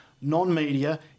non-media